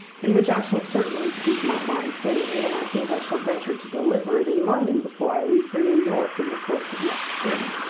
in which i shall certainly speak my mind plainly, and i think i shall venture to deliver it in london before i leave for new york in the course of next spring.